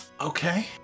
Okay